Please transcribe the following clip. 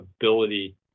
ability